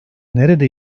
nerede